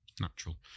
Natural